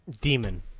Demon